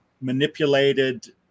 manipulated